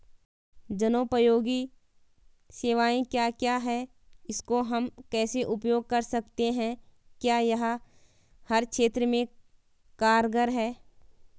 जनोपयोगी सेवाएं क्या क्या हैं इसको हम कैसे उपयोग कर सकते हैं क्या यह हर क्षेत्र में कारगर है?